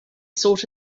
sought